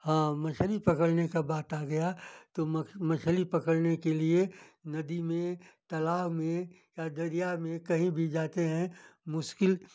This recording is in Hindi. हाँ मछली पकड़ने की बात आ गई तो मख मछली पकड़ने के लिए नदी में तालाब में या दरिया में कहीं भी जाते हैं मुश्किल